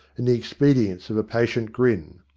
and the expedience of a patient grin.